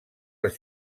els